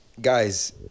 guys